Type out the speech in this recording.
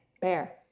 bear